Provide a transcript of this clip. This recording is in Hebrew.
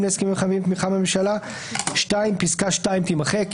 להסכמים המחייבים תמיכה בממשלה."; פסקה (2) תימחק,